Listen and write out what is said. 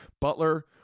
Butler